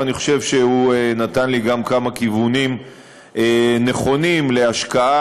ואני חושב שהוא נתן לי גם כמה כיוונים נכונים להשקעה,